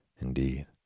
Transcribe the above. Indeed